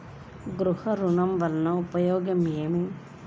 గృహ ఋణం వల్ల ఉపయోగం ఏమి?